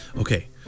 Okay